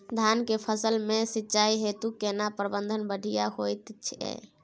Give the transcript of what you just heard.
धान के फसल में सिंचाई हेतु केना प्रबंध बढ़िया होयत छै?